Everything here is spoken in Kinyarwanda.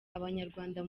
abanyarwanda